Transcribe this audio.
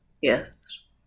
Yes